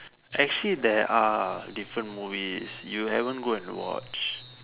actually there are different movies you haven't go and watch